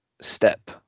step